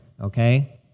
Okay